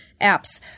apps